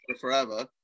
forever